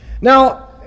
Now